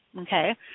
okay